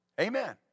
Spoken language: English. Amen